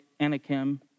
Anakim